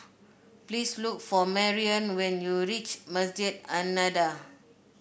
please look for Marion when you reach Masjid An Nahdhah